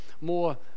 more